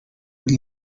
with